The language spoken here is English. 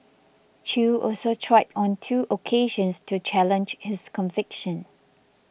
Chew also tried on two occasions to challenge his conviction